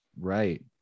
Right